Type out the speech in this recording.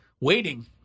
waiting